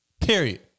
Period